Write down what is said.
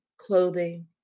clothing